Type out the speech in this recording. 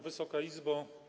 Wysoka Izbo!